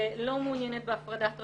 היא לא מעוניינת בהפרדת רשויות,